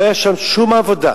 לא היתה שם שום עבודה.